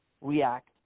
react